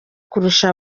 kurusha